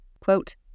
quote